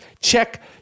check